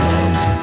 Love